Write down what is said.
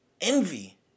envy